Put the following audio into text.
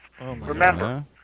Remember